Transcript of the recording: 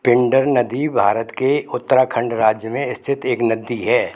पिंडर नदी भारत के उत्तराखंड राज्य में स्थित एक नदी है